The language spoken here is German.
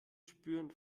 spüren